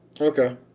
Okay